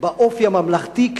באופי הממלכתי.